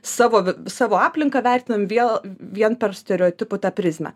savo v savo aplinką vertinam vėl vien per stereotipų tą prizmę